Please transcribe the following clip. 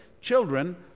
children